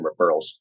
referrals